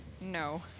No